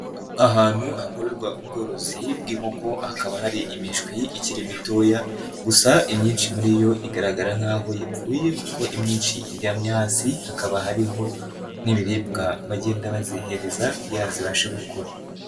Ahantu hakorerwa ubworozi bw'inkoko hakaba hari imishwi ikiri mitoya gusa imyinshi muri yo igaragara nk'aho yapfuye kuko imyinshi ijyamye hasi, hakaba hariho n'ibiribwa bagenda bazihereza kugira zibashe gukura.